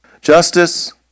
justice